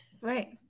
Right